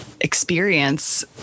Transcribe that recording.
experience